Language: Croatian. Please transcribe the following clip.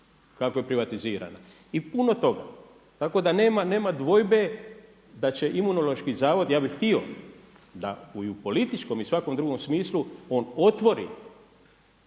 kako je privatizirana i puno toga. Tako da nema dvojbe da će Imunološki zavod, ja bih htio, da i u političkom i svakom drugom smislu on otvori